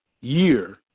year